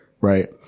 Right